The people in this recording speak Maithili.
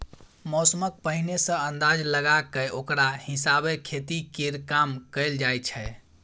मौसमक पहिने सँ अंदाज लगा कय ओकरा हिसाबे खेती केर काम कएल जाइ छै